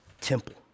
temple